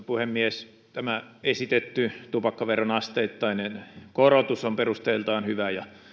puhemies tämä esitetty tupakkaveron asteittainen korotus on perusteiltaan hyvä ja